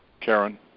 Karen